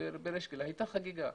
בריש גלי, שהייתה חגיגה.